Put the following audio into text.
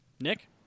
nick